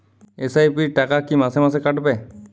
SIP র টাকা কী মাসে মাসে কাটবে?